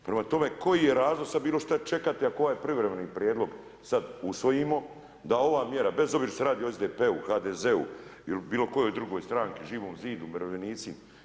Prema tome, koji je razlog sad bilo šta čekati ako ovaj privremeni prijedlog sad usvojimo, da ova mjera bez obzira što se radi o SDP-u, HDZ-u ili bilo kojoj drugoj stranci, Živom zidu, umirovljenici.